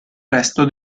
resto